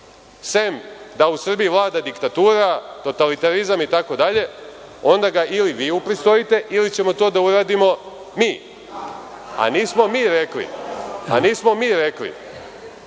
sem da u Srbiji vlada diktatura, totalitarizam itd, onda ga, ili vi upristojite, ili ćemo to da uradimo mi. Nismo mi rekli da gospodin Balša